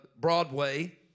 Broadway